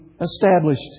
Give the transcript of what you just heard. established